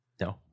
No